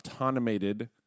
automated